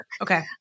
Okay